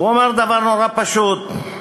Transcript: אומר דבר נורא פשוט.